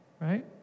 right